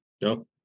No